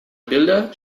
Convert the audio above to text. bilder